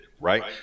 Right